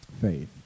faith